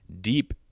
deep